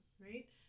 right